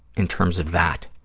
in terms of that.